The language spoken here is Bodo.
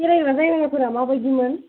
बेरायग्रा जायफोरा मा बायदिमोन